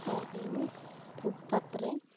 ᱦᱮᱸ ᱤᱧ ᱯᱷᱩᱴ ᱯᱟᱛᱨᱮ